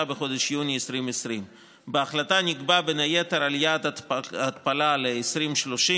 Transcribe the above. בחודש יוני 2020. בהחלטה נקבע בין היתר יעד ההתפלה ל-2030,